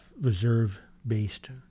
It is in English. reserve-based